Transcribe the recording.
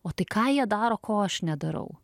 o tai ką jie daro ko aš nedarau